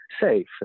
safe